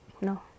No